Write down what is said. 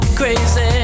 crazy